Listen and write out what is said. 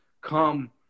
come